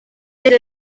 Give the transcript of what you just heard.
nibyo